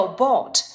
bought